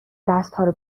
دستهارو